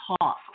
talk